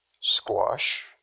squash